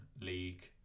league